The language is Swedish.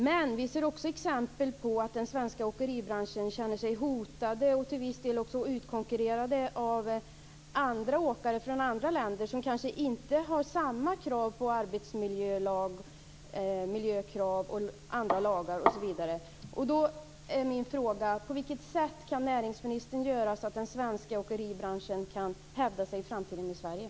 Men vi ser också exempel på att den svenska åkeribranschen känner sig hotad och till viss del utkonkurrerad av åkare från andra länder, som kanske inte har samma arbetsmiljökrav och lagar osv. Min fråga är då: På vilket sätt kan näringsministern göra så att den svenska åkeribranschen kan hävda sig i Sverige i framtiden?